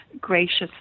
gracious